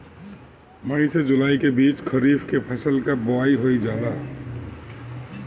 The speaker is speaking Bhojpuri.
मई से जुलाई के बीच खरीफ के फसल के बोआई हो जाला